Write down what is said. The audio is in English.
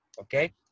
okay